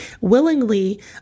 willingly